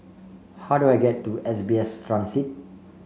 how do I get to S B S Transit